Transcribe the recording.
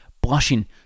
blushing